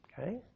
Okay